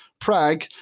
Prague